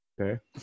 Okay